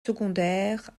secondaires